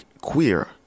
queer